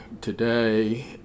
today